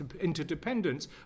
interdependence